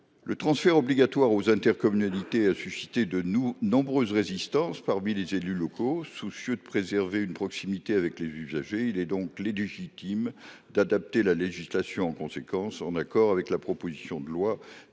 Le transfert obligatoire aux intercommunalités a suscité de nombreuses résistances parmi les élus locaux, soucieux de préserver une proximité avec les usagers. Il est donc légitime d’adapter la législation en conséquence, en cohérence avec la proposition de loi